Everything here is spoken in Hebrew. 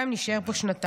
גם אם נישאר פה שנתיים.